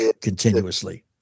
continuously